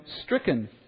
stricken